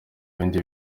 bindi